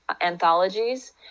anthologies